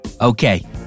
Okay